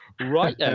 right